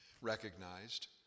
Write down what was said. recognized